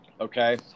Okay